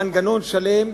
מנגנון שלם.